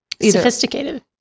sophisticated